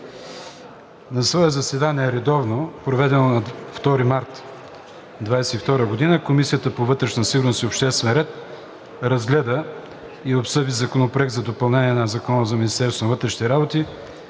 редовно заседание, проведено на 2 март 2022 г., Комисията по вътрешна сигурност и обществен ред разгледа и обсъди Законопроект за допълнение на Закона